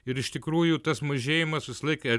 ir iš tikrųjų tas mažėjimas visą laiką